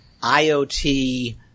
IoT